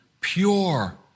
pure